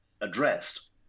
addressed